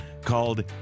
called